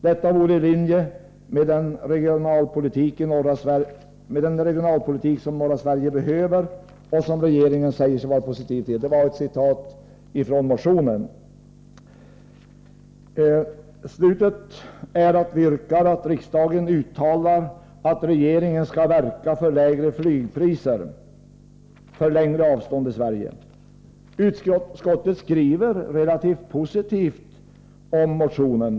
Detta vore i linje med den regionalpolitik norra Sverige behöver och som regeringen säger sig vara positiv till.” Vi avslutar motionen med att yrka att riksdagen uttalar att regeringen skall verka för lägre flygpriser för längre avstånd i Sverige. Utskottet skriver relativt positivt om motionen.